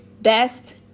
best